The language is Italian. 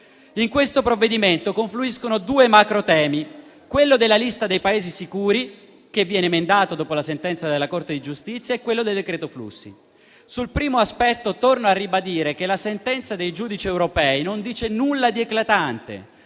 In questo provvedimento confluiscono due macrotemi: quello della lista dei Paesi sicuri, che viene emendato dopo la sentenza della Corte di giustizia europea, e quello del decreto flussi. Sul primo aspetto, torno a ribadire che la sentenza dei giudici europei non dice nulla di eclatante,